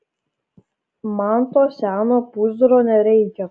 man to seno pūzro nereikia